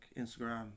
Instagram